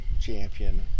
champion